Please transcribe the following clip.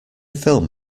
film